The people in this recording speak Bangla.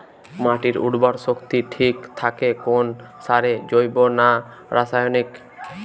মাটির উর্বর শক্তি ঠিক থাকে কোন সারে জৈব না রাসায়নিক?